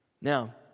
Now